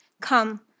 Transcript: Come